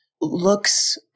looks